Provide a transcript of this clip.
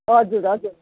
हजुर हजुर